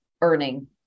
earning